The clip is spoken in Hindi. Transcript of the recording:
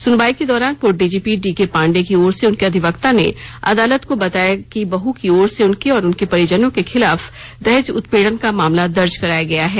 सुनवाई के दौरान पुर्व डीजीपी डीके पांडेय की ओर से उनके अधिवक्त ने अदालत को बताया गया कि बेहू की ओर से उनके और उनके परिजनों के खिलाफ दहेज उत्पीड़न का मामला दर्ज कराया गया है